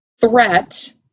threat